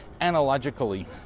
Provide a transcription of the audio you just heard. analogically